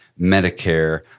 Medicare